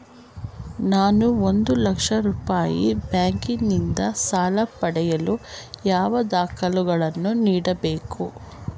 ನಾನು ಒಂದು ಲಕ್ಷ ರೂಪಾಯಿ ಬ್ಯಾಂಕಿನಿಂದ ಸಾಲ ಪಡೆಯಲು ಯಾವ ದಾಖಲೆಗಳನ್ನು ನೀಡಬೇಕು?